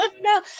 no